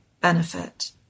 benefit